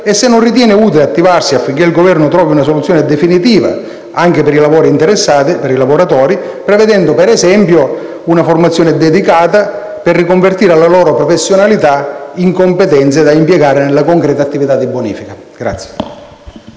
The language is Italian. e se non ritenga utile attivarsi affinché il Governo trovi una soluzione definitiva per i lavoratori interessati, prevedendo, per esempio, una formazione dedicata, per riconvertire la loro professionalità in competenze da impiegare nelle concrete attività di bonifica.